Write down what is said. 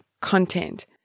content